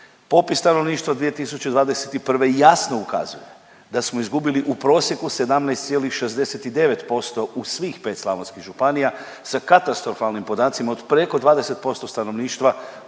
Popis stanovništva iz 2021. jasno ukazuje da smo izgubili u prosjeku 17,69% u svih 5 slavonskih županija sa katastrofalnim podacima od preko 20% stanovništva